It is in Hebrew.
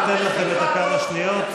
נותן לכם את הכמה שניות.